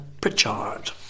Pritchard